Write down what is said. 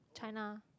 China